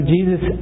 Jesus